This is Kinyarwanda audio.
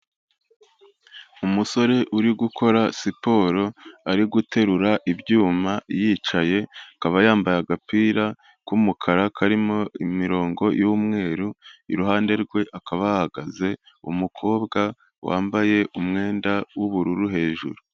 Umusore uri gukora siporo, ari guterura ibyuma yicaye, akaba yambaye agapira k'umukara karimo imirongo y'umweru, iruhande rwe hakaba hahagaze umukobwa wambaye umwenda w'ubururu hejuru.